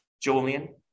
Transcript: Julian